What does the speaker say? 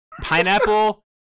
Pineapple